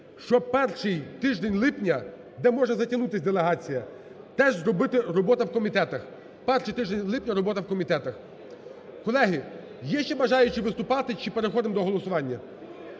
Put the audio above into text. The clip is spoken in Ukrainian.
щоб перший тиждень липня, де може затягнутися делегація, теж зробити "робота в комітетах". Перший тиждень липня – робота в комітетах. Колеги, є ще бажаючі виступати? Чи переходимо до голосування?